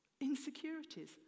Insecurities